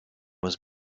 was